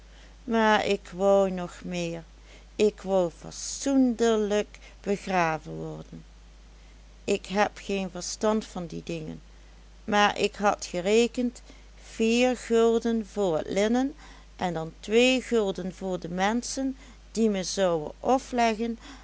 maar ik wou nog meer ik wou fassoendelijk begraven worden ik heb geen verstand van die dingen maar ik had gerekend vier gulden voor et linnen en dan twee gulden voor de menschen die me zouen ofleggen